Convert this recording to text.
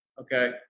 Okay